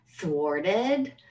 thwarted